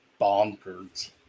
bonkers